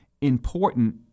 important